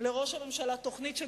לראש הממשלה תוכנית,